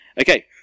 Okay